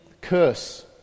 curse